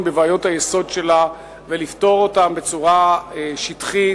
בבעיות היסוד שלה ולפתור אותן בצורה שטחית